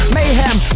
Mayhem